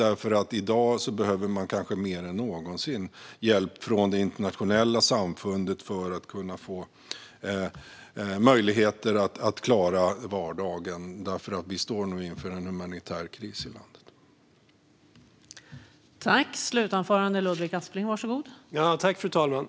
I dag kanske mer än någonsin behöver man hjälp från det internationella samfundet för att få möjlighet att klara vardagen eftersom man står inför en humanitär kris i landet.